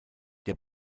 der